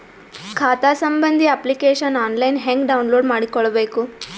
ಖಾತಾ ಸಂಬಂಧಿ application online ಹೆಂಗ್ ಡೌನ್ಲೋಡ್ ಮಾಡಿಕೊಳ್ಳಬೇಕು?